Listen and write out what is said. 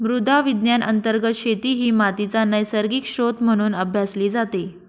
मृदा विज्ञान अंतर्गत शेती ही मातीचा नैसर्गिक स्त्रोत म्हणून अभ्यासली जाते